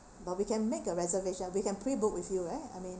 but we can make a reservation we can prebook with you right I mean